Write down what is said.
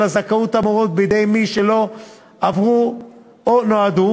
הזכויות האמורות בידי מי שלא עבורו הן נועדו,